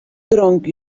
tronc